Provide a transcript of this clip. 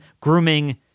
grooming